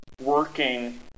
working